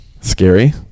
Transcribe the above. Scary